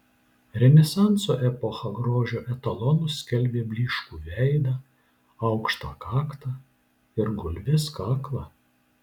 renesanso epocha grožio etalonu skelbė blyškų veidą aukštą kaktą ir gulbės kaklą